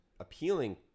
Appealing